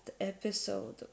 episode